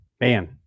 man